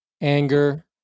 anger